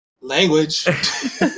Language